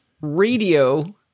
radio